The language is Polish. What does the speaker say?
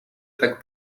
tak